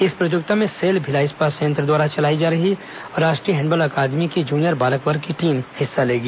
इस प्रतियोगिता में सेल भिलाई इस्पात संयंत्र द्वारा चलाई जा रही राष्ट्रीय हैंडबॉल अकादमी की जूनियर बालक वर्ग की टीम हिस्सा लेगी